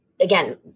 again